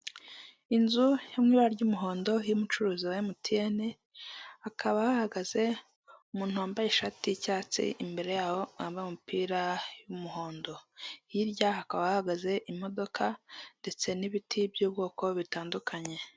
Inzu yo mu ibara ry'umuhondo y'umucuruzi wa MTN, hakaba hahagaze umuntu wambaye ishati y'icyatsi imbere yaho wambaye umupira w'umuhondo, hirya hakaba hahagaze imodoka ndetse n'ibiti by'ubwoko butandukanye.